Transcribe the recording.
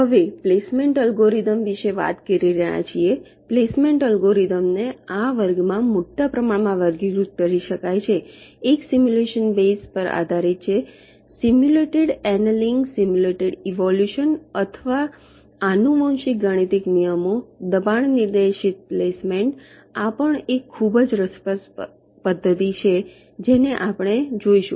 હવે placement algorithms વિશે વાત કરી રહ્યા છીએ પ્લેસમેન્ટ એલ્ગોરિધમ્સ ને આ વર્ગમાં મોટા પ્રમાણમાં વર્ગીકૃત કરી શકાય છે એક સિમ્યુલેશન બેઝ પર આધારિત છે સિમ્યુલેટેડ એનિલિંગ સિમ્યુલેટેડ ઇવોલ્યુશન અથવા આનુવંશિક ગાણિતીક નિયમો દબાણ નિર્દેશિત પ્લેસમેન્ટ આ પણ એક ખૂબ જ રસપ્રદ પદ્ધતિ છે જેને આપણે આ જોઈશું